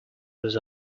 was